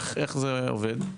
איך זה עובד?